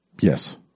Yes